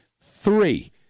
Three